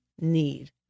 need